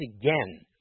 again